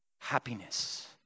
happiness